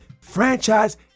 franchise